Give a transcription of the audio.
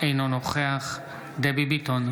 אינו נוכח דבי ביטון,